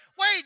wait